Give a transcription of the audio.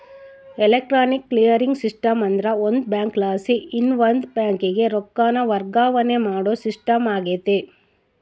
electronic clearing system ಅಂದ್ರ ಒಂದು ಬ್ಯಾಂಕಲಾಸಿ ಇನವಂದ್ ಬ್ಯಾಂಕಿಗೆ ರೊಕ್ಕಾನ ವರ್ಗಾವಣೆ ಮಾಡೋ ಸಿಸ್ಟಮ್ ಆಗೆತೆ